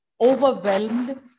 overwhelmed